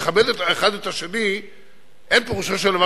לכבד האחד את השני אין פירושו של דבר